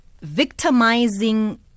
victimizing